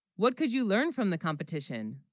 what could you learn from the competition